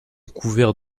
couvert